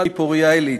מפוריה-עילית,